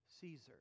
Caesar